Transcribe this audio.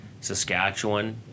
Saskatchewan